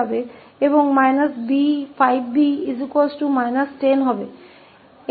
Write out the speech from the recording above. इसलिए यदि हम इसे घटाते हैं तो रद्द हो जाएगा और हमारे पास −5𝐵 −10 होगा